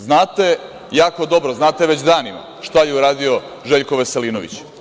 Znate jako dobro, znate već danima šta je uradio Željko Veselinović.